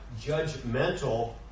judgmental